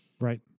right